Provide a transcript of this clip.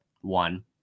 one